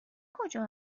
کجا